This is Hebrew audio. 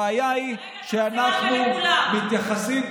הבעיה היא שאנחנו מתייחסים,